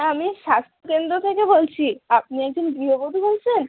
আমি স্বাস্থ্যকেন্দ্র থেকে বলছি আপনি একজন গৃহবধূ বলছেন